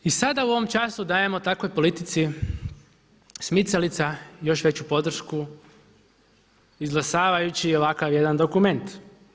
I sada u ovom času dajemo takvoj politici smicalica još veću podršku izglasavajući ovakav jedan dokument.